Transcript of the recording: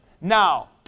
Now